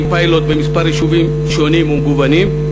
עם פיילוט במספר יישובים שונים ומגוונים.